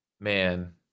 man